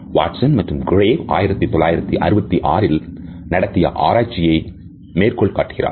Watson மற்றும் கிரேவ் 1966ல் நடத்திய ஆராய்ச்சியை மேற்கொள்ள காட்டுகிறார்